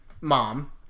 Mom